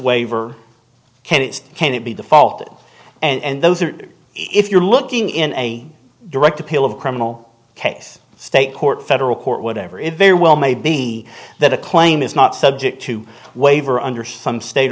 waiver candidates can it be the fault and those are if you're looking in a direct appeal of criminal case state court federal court whatever it very well may be that a claim is not subject to waiver under some state